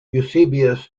eusebius